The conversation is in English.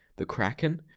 the kraken?